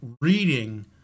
reading